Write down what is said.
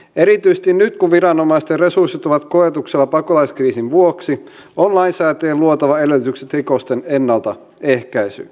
erityisesti nyt kun viranomaisten resurssit ovat koetuksella pakolaiskriisin vuoksi on lainsäätäjien luotava edellytykset rikosten ennaltaehkäisyyn